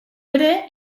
ere